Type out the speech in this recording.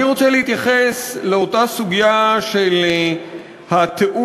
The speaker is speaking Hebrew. אני רוצה להתייחס לאותה סוגיה של התיאום